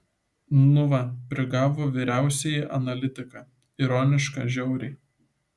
nu va prigavo vyriausiąjį analitiką ironiška žiauriai